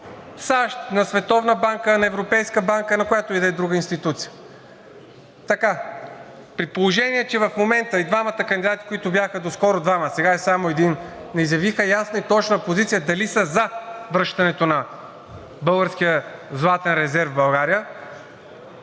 САЩ, на Световната банка, на Европейската банка, на която и да е друга институция. При положение че в момента и двамата кандидати, които бяха доскоро, а сега е само един, не изявиха ясна и точна позиция дали са за връщането на българския златен резерв в България,